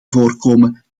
voorkomen